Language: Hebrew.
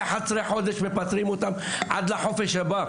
11 חודשים מפטרים אותם עד לחופש הבא.